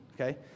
okay